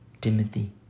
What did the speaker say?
Timothy